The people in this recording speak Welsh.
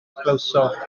glywsoch